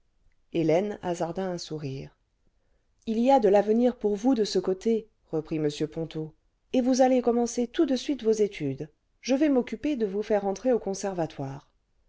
hélène hasarda un sourire ce ii y a de l'avenir pour vous de ce côté reprit m ponto et vous allez commencer tout de suite vos études je vais m'occuper de vous faire entrer au conservatoire